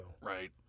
Right